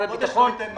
חודש לא ייתן מענה.